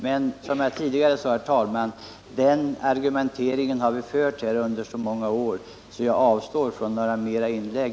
Men den argumenteringen har vi, som jag tidigare sade, fört under så många år att jag nu avstår från några fler inlägg.